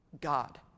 God